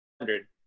hundred